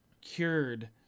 cured